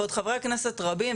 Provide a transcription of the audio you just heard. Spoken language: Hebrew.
ועוד חברי כנסת רבים,